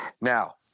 Now